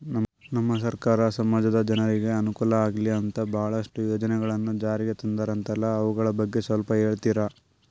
ನಮ್ಮ ಸರ್ಕಾರ ಸಮಾಜದ ಜನರಿಗೆ ಅನುಕೂಲ ಆಗ್ಲಿ ಅಂತ ಬಹಳಷ್ಟು ಯೋಜನೆಗಳನ್ನು ಜಾರಿಗೆ ತಂದರಂತಲ್ಲ ಅವುಗಳ ಬಗ್ಗೆ ಸ್ವಲ್ಪ ಹೇಳಿತೀರಾ?